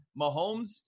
Mahomes